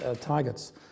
targets